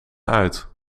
uit